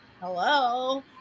Hello